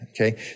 okay